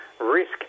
risk